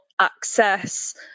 access